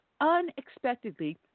unexpectedly